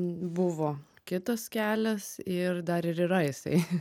buvo kitas kelias ir dar ir yra jisai